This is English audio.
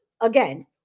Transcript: again